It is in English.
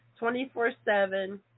24-7